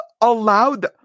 allowed